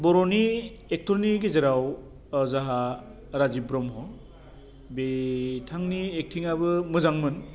बर'नि एक्टरनि गेजेराव जोहा राजिब ब्रह्म बिथांनि एकटिङाबो मोजांमोन